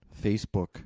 Facebook